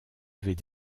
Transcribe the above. avaient